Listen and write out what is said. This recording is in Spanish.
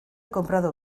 comprado